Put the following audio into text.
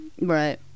right